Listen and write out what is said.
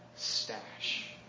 stash